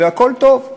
והכול טוב.